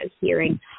hearing